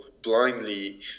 blindly